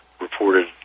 reported